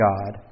God